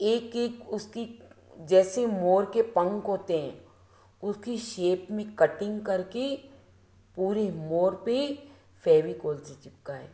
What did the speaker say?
एक एक उसकी जैसे मोर के पंख होते हैं उसकी शेप में कटिंग करके पूरे मोर पे फ़ेवीकोल से चिपकाया